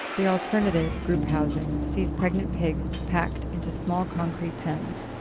the alternative, group housing, sees pregnant pigs packed into small concrete pens.